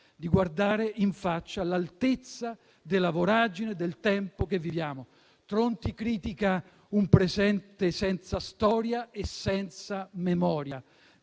di guardare in faccia l'altezza della voragine del tempo che viviamo. Tronti critica un presente senza storia e senza memoria,